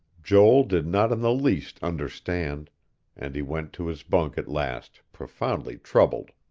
joel did not in the least understand and he went to his bunk at last, profoundly troubled.